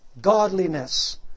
Godliness